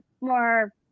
more